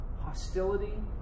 Hostility